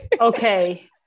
Okay